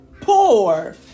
poor